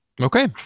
Okay